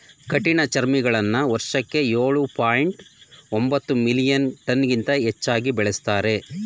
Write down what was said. ಕಠಿಣಚರ್ಮಿಗಳನ್ನ ವರ್ಷಕ್ಕೆ ಎಳು ಪಾಯಿಂಟ್ ಒಂಬತ್ತು ಮಿಲಿಯನ್ ಟನ್ಗಿಂತ ಹೆಚ್ಚಾಗಿ ಬೆಳೆಸ್ತಾರೆ